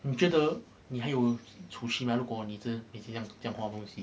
你觉得你还有储蓄吗如果你每天这样子花东西